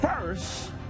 first